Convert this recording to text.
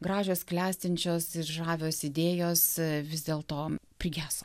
gražios klestinčiosir žavios idėjos vis dėl to prigeso